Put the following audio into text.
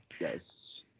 Yes